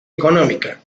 económica